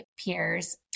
peers